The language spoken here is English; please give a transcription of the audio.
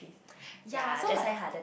ya so like